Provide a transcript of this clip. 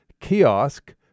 Kiosk